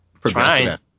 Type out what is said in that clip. progressive